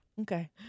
Okay